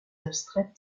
abstraites